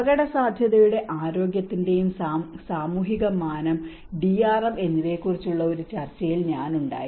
അപകടസാധ്യതയുടെയും ആരോഗ്യത്തിന്റെയും സാമൂഹിക മാനം ഡിആർഎം എന്നിവയെക്കുറിച്ചുള്ള ഒരു ചർച്ചയിൽ ഞാൻ ഉണ്ടായിരുന്നു